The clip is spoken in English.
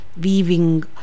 weaving